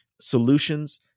solutions